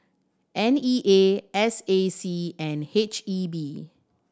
N E A S A C and H E B